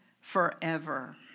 forever